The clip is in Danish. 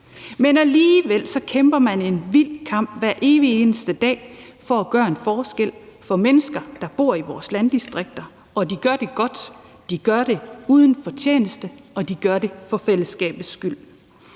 held. Alligevel kæmper man hver evig eneste dag en vild kamp for at gøre en forskel for de mennesker, der bor i vores landdistrikter, og de gør det godt. De gør det uden fortjeneste, og de gør det for fællesskabets skyld.